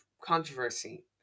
controversy